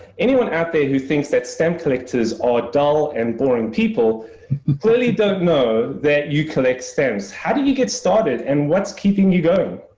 anyone out there who thinks that stamp collectors are dull and boring people clearly don't know that you collect stamps. how do you get started, and what's keeping you go?